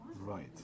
Right